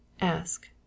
Ask